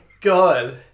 god